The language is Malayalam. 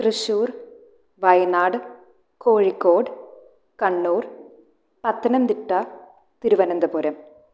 തൃശൂർ വയനാട് കോഴിക്കോട് കണ്ണൂർ പത്തനംതിട്ട തിരുവനന്തപുരം